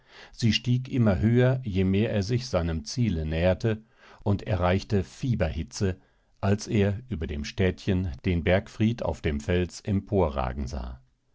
sie stieg immer höher je mehr er sich seinem ziele näherte und erreichte fieberhitze als er über dem städtchen den bergfried auf dem fels emporragen sah